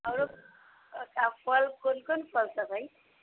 आरो फल कोन कोन फल सब हइ